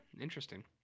interesting